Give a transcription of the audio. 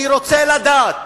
אני רוצה לדעת,